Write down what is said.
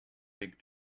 fig